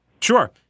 Sure